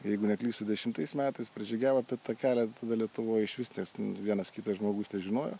jeigu neklystu dešimtais metais pražygiavo per tą kelią lietuvoj iš vis ties vienas kitas žmogus težinojo